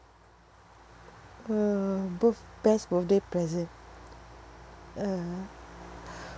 uh birth~ best birthday present uh